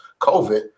COVID